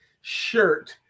shirt